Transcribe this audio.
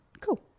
Cool